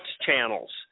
channels